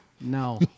no